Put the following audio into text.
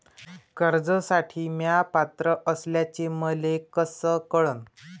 कर्जसाठी म्या पात्र असल्याचे मले कस कळन?